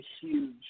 huge